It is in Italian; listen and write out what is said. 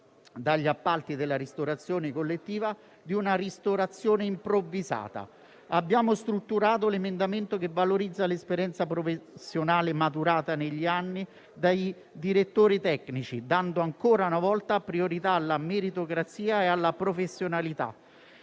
dagli appalti della ristorazione collettiva di una ristorazione improvvisata. Abbiamo strutturato l'emendamento che valorizza l'esperienza professionale maturata negli anni dai direttori tecnici, dando ancora una volta priorità alla meritocrazia e alla professionalità.